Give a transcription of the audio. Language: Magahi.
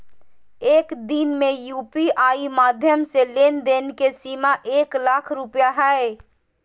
एक दिन में यू.पी.आई माध्यम से लेन देन के सीमा एक लाख रुपया हय